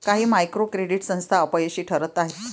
काही micro credit संस्था अपयशी ठरत आहेत